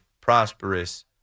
prosperous